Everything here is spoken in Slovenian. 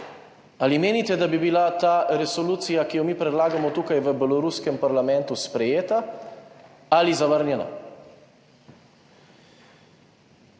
Ali menite, da bi bila ta resolucija, ki jo mi predlagamo tukaj v beloruskem parlamentu sprejeta ali zavrnjena?